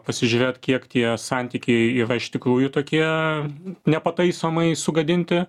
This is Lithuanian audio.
pasižiūrėt kiek tie santykiai yra iš tikrųjų tokie nepataisomai sugadinti